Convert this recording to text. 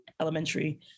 elementary